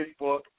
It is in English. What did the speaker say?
Facebook